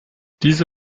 diese